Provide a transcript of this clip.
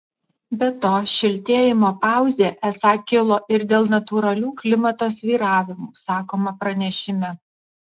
be to šiltėjimo pauzė esą kilo ir dėl natūralių klimato svyravimų sakoma pranešime